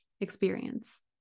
experience